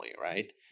right